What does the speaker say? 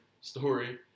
Story